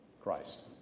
Christ